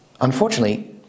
Unfortunately